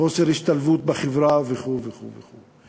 חוסר השתלבות בחברה וכו' וכו' וכו'.